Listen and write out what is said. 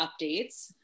updates